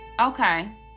Okay